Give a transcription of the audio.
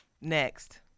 Next